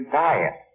diet